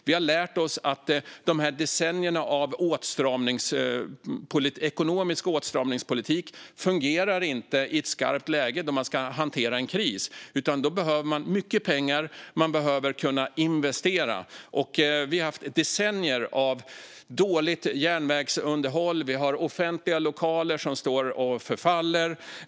Vi har också lärt oss att decennierna av ekonomisk åtstramningspolitik inte fungerar i ett skarpt läge när man ska hantera en kris. Då behöver man i stället mycket pengar, och man behöver kunna investera. Vi har haft decennier av dåligt järnvägsunderhåll, och vi har offentliga lokaler som står och förfaller.